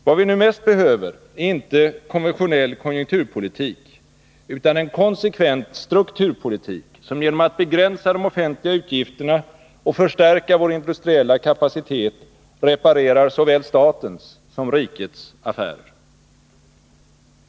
Vad vi nu mest behöver är inte konventionell konjunkturpolitik utan en konsekvent strukturpolitik som genom att begränsa de offentliga utgifterna och förstärka vår industriella kapacitet reparerar såväl statens som rikets affärer.